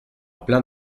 plein